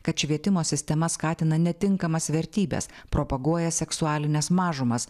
kad švietimo sistema skatina netinkamas vertybes propaguoja seksualines mažumas